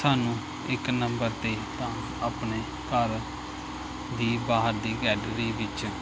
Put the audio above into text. ਸਾਨੂੰ ਇੱਕ ਨੰਬਰ 'ਤੇ ਤਾਂ ਆਪਣੇ ਘਰ ਦੀ ਬਾਹਰ ਦੀ ਗੈਲਰੀ ਵਿੱਚ